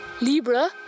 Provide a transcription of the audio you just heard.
Libra